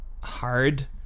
hard